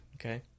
Okay